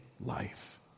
life